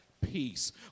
peace